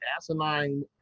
asinine